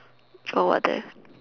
Joe what there